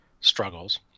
struggles